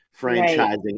franchising